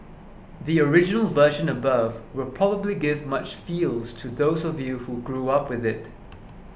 the original version above will probably give much feels to those of you who grew up with it